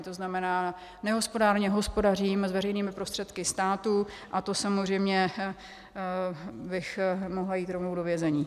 To znamená, nehospodárně hospodařím s veřejnými prostředky státu a to bych samozřejmě mohla jít rovnou do vězení.